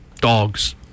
dogs